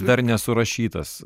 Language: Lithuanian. dar nesurašytas